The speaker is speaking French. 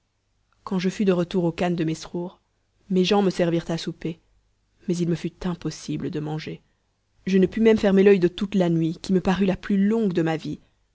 quand je fus de retour au khan de mesrour mes gens me servirent à souper mais il me fut impossible de manger je ne pus même fermer l'oeil de toute la nuit qui me parut la plus longue de ma vie